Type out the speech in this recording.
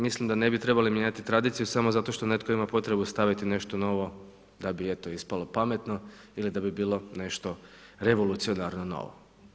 Mislim da ne bi trebali mijenjati tradiciju samo zato što netko ima potrebu staviti nešto novo da bi eto, ispalo pametno ili da bi bilo nešto revolucionarno novo.